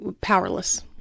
powerless